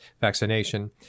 vaccination